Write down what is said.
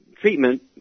treatment